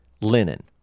linen